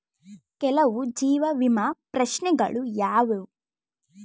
ಕೆಲವು ಜೀವ ವಿಮಾ ಪ್ರಶ್ನೆಗಳು ಯಾವುವು?